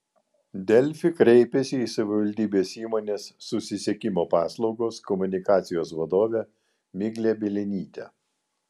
delfi kreipėsi į savivaldybės įmonės susisiekimo paslaugos komunikacijos vadovę miglę bielinytę